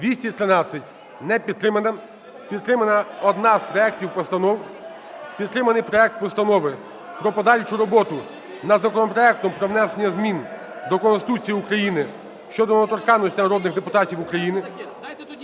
(Шум у залі) Підтриманий проект Постанови про подальшу роботу над законопроектом про внесення змін до Конституції України (щодо недоторканності народних депутатів України)